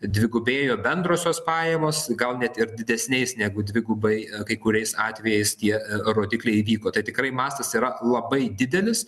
dvigubėjo bendrosios pajamos gal net ir didesniais negu dvigubai kai kuriais atvejais tie rodikliai įvyko tai tikrai mastas yra labai didelis